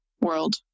world